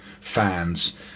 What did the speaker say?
fans